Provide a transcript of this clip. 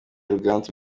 ruganzu